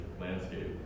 landscape